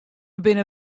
binne